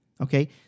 okay